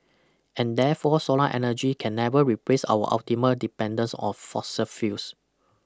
and therefore solar energy can never replace our ultimate dependence of fossil fuels